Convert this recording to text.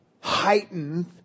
heightened